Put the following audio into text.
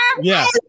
Yes